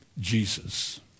Jesus